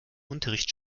unterricht